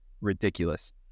ridiculous